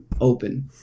open